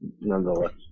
nonetheless